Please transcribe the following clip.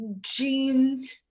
Jeans